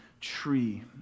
tree